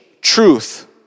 truth